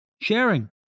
sharing